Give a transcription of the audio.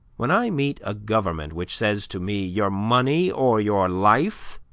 when i meet a government which says to me, your money or your life,